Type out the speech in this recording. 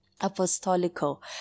apostolical